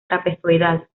trapezoidal